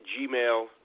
Gmail